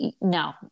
no